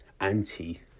anti